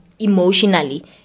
Emotionally